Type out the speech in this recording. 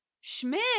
Schmidt